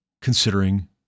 considering